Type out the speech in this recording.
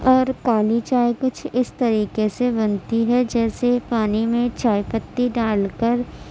اور کالی چائے کچھ اس طریقے سے بنتی ہے جیسے پانی میں چائے پتی ڈال کر